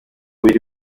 biri